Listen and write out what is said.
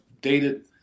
dated